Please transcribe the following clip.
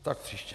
Tak příště.